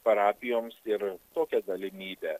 parapijoms ir tokią galimybę